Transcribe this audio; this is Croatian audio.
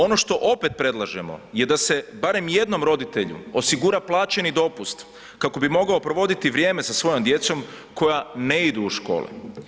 Ono što opet predlažemo je da se barem jednom roditelju osigura plaćeni dopust kako bi mogao provoditi vrijeme sa svojom djecom koja ne idu u školu.